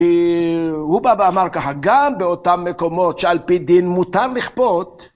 כי הוא בא ואמר ככה, גם באותם מקומות שעל פי דין מותר לכפות.